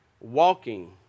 walking